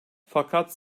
fakat